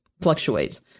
fluctuates